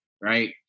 right